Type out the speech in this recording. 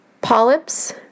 polyps